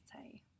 say